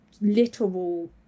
literal